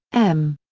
m.